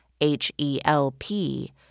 H-E-L-P